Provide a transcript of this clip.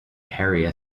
harry